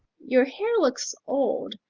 your hair looks old.